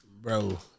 Bro